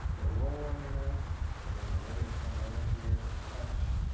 get a roll on your knife and then you're ready to come right up here and touch,